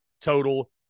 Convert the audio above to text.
total